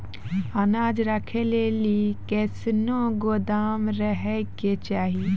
अनाज राखै लेली कैसनौ गोदाम रहै के चाही?